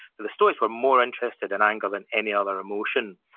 the stoics were more interested in anger than any other emotion.